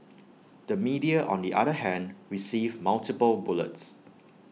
the media on the other hand received multiple bullets